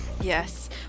Yes